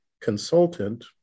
consultant